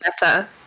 better